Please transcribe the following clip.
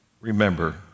remember